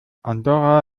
andorra